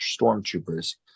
stormtroopers